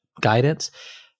guidance